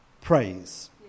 praise